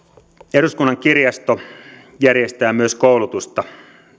eduskunnan kirjasto järjestää myös koulutusta